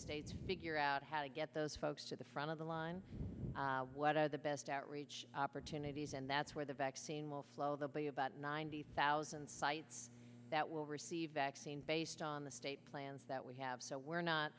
states figure out how to get those folks to the front of the line what are the best outreach opportunities and that's where the vaccine will flow they'll be about ninety thousand sites that will receive based on the state plans that we have so we're not